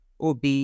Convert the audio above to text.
OB